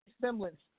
semblance